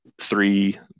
three